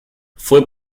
fue